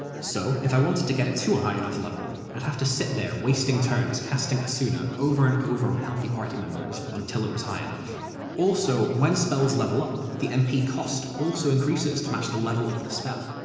so if i wanted to get it to a high enough level, i'd have to sit there wasting turns casting esuna over and over on healthy party members until it was high enough. but also, when spells level up, the mp cost also increases to match the level of the spell,